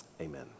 Amen